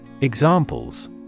Examples